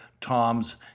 Tom's